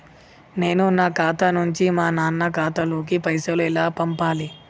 నేను నా ఖాతా నుంచి మా నాన్న ఖాతా లోకి పైసలు ఎలా పంపాలి?